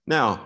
Now